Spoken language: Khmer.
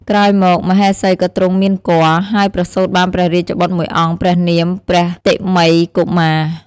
ក្រោយមក មហេសីក៏ទ្រង់មានគភ៌ ហើយប្រសូតបានព្រះរាជបុត្រមួយអង្គ ព្រះនាម ព្រះតេមិយកុមារ។